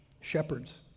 shepherds